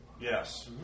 Yes